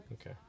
okay